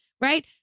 Right